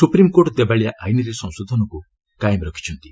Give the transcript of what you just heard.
supreme court ଦେବାଳିଆ ଆଇନ୍ରେ ସଂଶୋଧନକୁ କାଏମ ରଖିଛନ୍ତି